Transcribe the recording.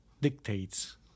dictates